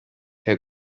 herr